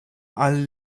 allen